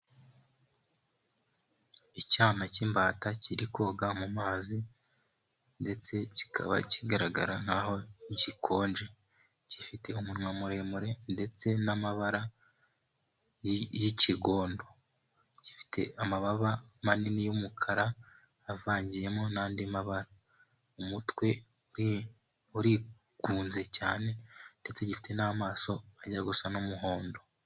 Icyana cy'imbata kiri koga mu mazi ndetse kikaba kigaragara nk'aho gikonje, gifite umunwa muremure ndetse n'amabara y'ikigondo , gifite amababa manini y'umukara avangiyemo n'andi mabara. umutwe urigunze cyane ndetse gifite n'amaso ajya gusa n'umuhondo.